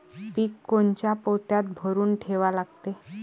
पीक कोनच्या पोत्यात भरून ठेवा लागते?